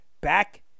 back